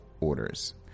orders